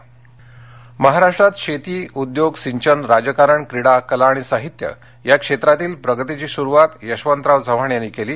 स्मतिदिन महाराष्ट्रात शेती उद्योग सिंचन राजकारण क्रीडा कला आणि साहित्य या क्षेत्रातीलप्रगतीची सुरुवात यशवंतराव चव्हाण यांनी केली